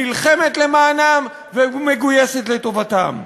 נלחמת למענם ומגויסת לטובתם.